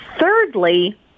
Thirdly